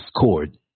discord